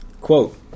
Quote